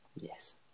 Yes